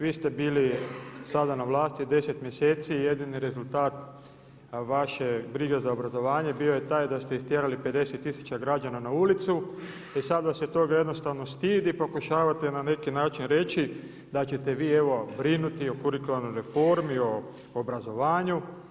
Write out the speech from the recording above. Vi ste bili sada na vlasti 10 mjeseci i jedini rezultat vaše brige za obrazovanje bio je taj da ste istjerali 50 tisuća građana na ulicu i sad vas je toga jednostavno stid i pokušavate na neki način reći da ćete vi evo brinuti o kurikularnoj reformi, o obrazovanju.